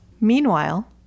Meanwhile